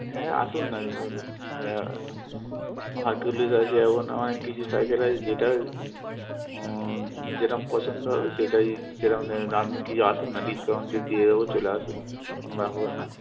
হ্যাঁ আসুন না হারকিউলিশ আছে এখন অনেক কিছু সাইকেল আছে যেটার যেরম পছন্দ হবে সেটাই সেরম দাম কিছু আসুন না ডিসকাউন্ট দিয়ে দেবো চলে আসুন কোনো ব্যপার না